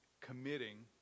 committing